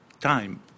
Time